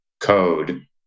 code